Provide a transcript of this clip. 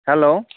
hello